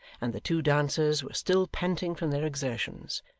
and the two dancers were still panting from their exertions,